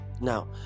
Now